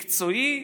מקצועית,